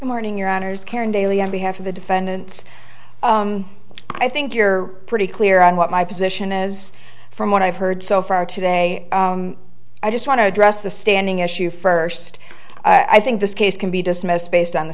morning your honour's karen daily on behalf of the defendants i think you're pretty clear on what my position is from what i've heard so far today i just want to address the standing issue first i think this case can be dismissed based on the